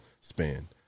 span